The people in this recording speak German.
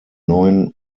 neuen